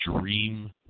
dream